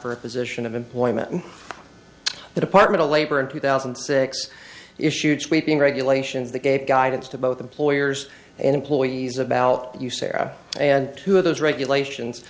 for a position of employment and the department of labor in two thousand and six issued sweeping regulations that gave guidance to both employers and employees about userra and two of those regulations